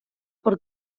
por